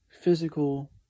physical